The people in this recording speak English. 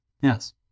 Yes